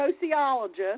sociologist